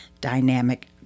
dynamic